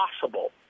possible